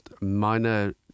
minor